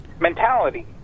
mentality